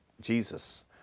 Jesus